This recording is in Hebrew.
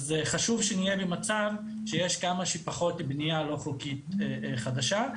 אז חשוב שנהיה במצב שבו יש כמה שפחות בנייה לא חוקית חדשה,